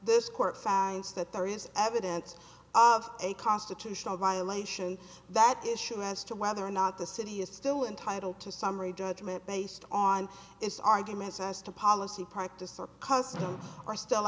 this court finds that there is evidence of a constitutional violation that issue as to whether or not the city is still entitled to summary judgment based on its arguments as to policy practice or custom are still